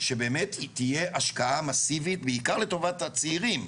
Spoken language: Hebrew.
שבאמת תהיה השקעה מאסיבית, בעיקר לטובת הצעירים,